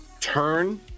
turn